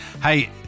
Hey